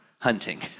hunting